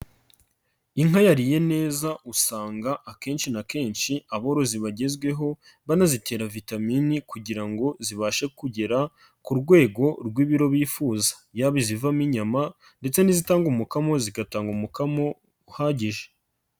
Inka yariye neza usanga akenshi na kenshi aborozi bagezweho banazitera vitaminini kugira ngo zibashe kugera ku rwego rw'ibiro bifuza, yaba izivamo inyama ndetse n'izitanga umukamo zigatanga umukamo uhagije.